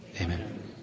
Amen